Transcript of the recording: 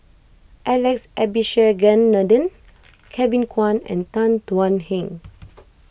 Alex Abisheganaden Kevin Kwan and Tan Thuan Heng